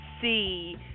see